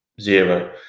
zero